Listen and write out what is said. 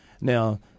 Now